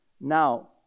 now